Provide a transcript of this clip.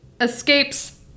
escapes